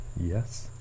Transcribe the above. Yes